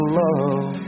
love